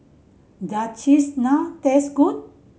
does Cheese Naan taste good